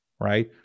right